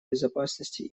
безопасности